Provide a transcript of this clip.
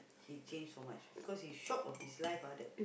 he change so much because he shock of his life ah that